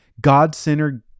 God-centered